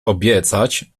obiecać